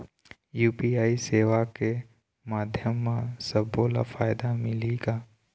UPI सेवा के माध्यम म सब्बो ला फायदा मिलही का?